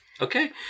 Okay